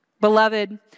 Beloved